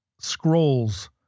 scrolls